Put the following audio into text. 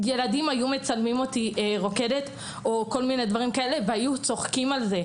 ילדים היו מצלמים אותי רוקדת והיו צוחקים על זה.